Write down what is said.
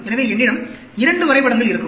எனவே என்னிடம் 2 வரைபடங்கள் இருக்கும்